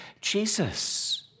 Jesus